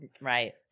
Right